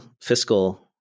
fiscal